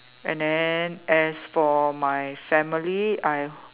and then as for my family I